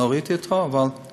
ולא ראיתי אותו מאז,